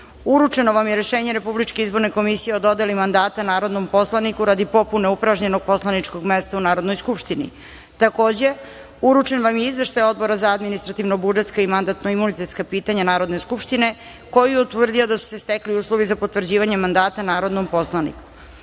vam je Rešenje Republičke izborne komisije o dodeli mandata narodnom poslaniku radi popune upražnjenog poslaničkog mesta u Narodnoj skupštini. Takođe, uručen vam je Izveštaj Odbora za administrativno-budžetska i mandatno-imunitetska pitanja Narodne skupštine, koji je utvrdio da su se stekli uslovi za potvrđivanje mandata narodnom poslaniku. Na